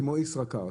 כמו ישראכרט.